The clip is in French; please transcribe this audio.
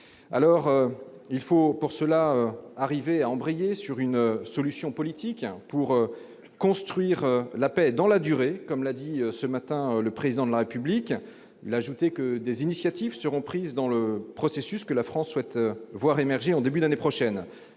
bras. Il faut parvenir à embrayer sur une solution politique pour construire la paix dans la durée, comme l'a dit ce matin le Président de la République, en ajoutant que des initiatives seront prises dans le cadre du processus que la France souhaite voir émerger au début de l'année prochaine.